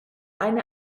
eine